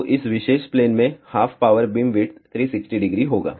तो इस विशेष प्लेन में हाफ पावर बीमविड्थ 3600 होगा